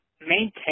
maintain